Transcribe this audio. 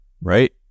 right